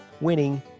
winning